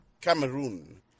Cameroon